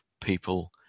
people